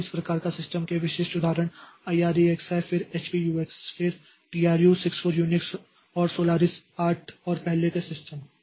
तो इस प्रकार के सिस्टम के विशिष्ट उदाहरण IREX हैं फिर HP UX फिर Tru64 UNIX और Solaris 8 और पहले का सिस्टम